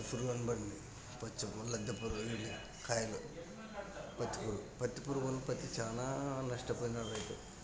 పత్తి పురుగు అనుకోండి పత్తి పురుగు లద్దె పురుగు ఇవి కాయలు పత్తి పురుగు పత్తి పురుగులు పత్తి చాలా నష్టపోయినాడు రైతులు